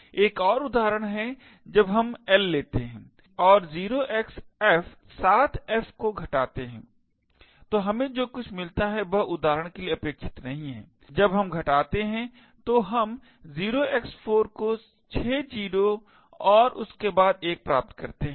एक और उदाहरण है जब हम L लेते हैं और 0xf 7 fs को घटाते हैं तो हमें जो कुछ मिलता है वह उदाहरण के लिए अपेक्षित नहीं है जब हम घटाते हैं तो हम 0x4 को 6 0s और उसके बाद 1 प्राप्त करते हैं